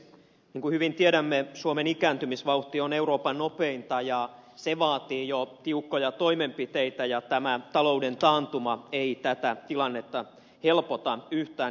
niin kuin hyvin tiedämme suomen ikääntymisvauhti on euroopan nopeinta ja se vaatii jo tiukkoja toimenpiteitä ja tämä talouden taantuma ei tätä tilannetta helpota yhtään